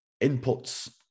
inputs